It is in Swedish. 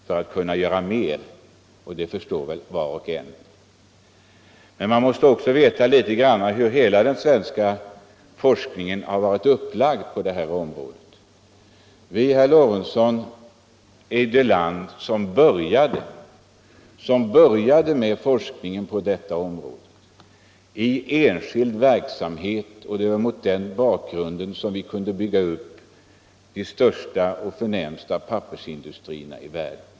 Han ville kunna göra mer, och det förstår säkerligen var och en. Men man måste också veta hur hela den svenska forskningen på det här området varit upplagd. Vi är, herr Lorentzon, det land som började med denna forskning i enskild regi. Det är mot den bakgrunden som vi kunnat bygga upp de största och förnämsta pappersindustrierna i världen.